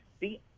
see